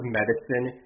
medicine